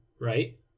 right